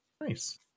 Nice